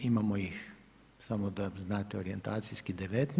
Imamo ih, samo da znate orijentacijski 19.